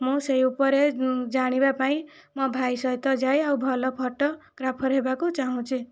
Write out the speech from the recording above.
ମୁଁ ସେହି ଉପରେ ଜାଣିବା ପାଇଁ ମୋ ଭାଇ ସହିତ ଯାଏ ଆଉ ଭଲ ଫଟୋଗ୍ରାଫର ହେବାକୁ ଚାହୁଁଛି